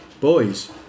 Boys